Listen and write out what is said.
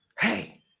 Hey